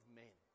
men